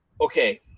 okay